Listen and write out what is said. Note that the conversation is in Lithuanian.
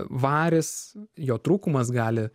varis jo trūkumas gali